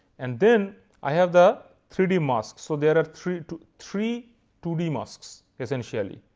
and then i have the three d mask. so there are three two three two d masks essentially.